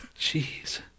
jeez